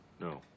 No